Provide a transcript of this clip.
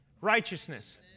righteousness